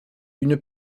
une